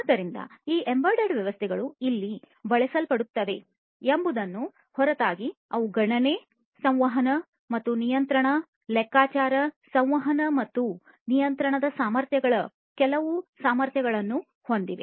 ಆದ್ದರಿಂದ ಈ ಎಂಬೆಡೆಡ್ ವ್ಯವಸ್ಥೆಗಳು ಎಲ್ಲಿ ಬಳಸಲ್ಪಡುತ್ತವೆ ಎಂಬುದರ ಹೊರತಾಗಿಯೂ ಅವು ಗಣನೆ ಸಂವಹನ ಮತ್ತು ನಿಯಂತ್ರಣ ಲೆಕ್ಕಾಚಾರ ಸಂವಹನ ಮತ್ತು ನಿಯಂತ್ರಣ ಸಾಮರ್ಥ್ಯಗಳ ಕೆಲವು ಸಾಮರ್ಥ್ಯಗಳನ್ನು ಹೊಂದಿವೆ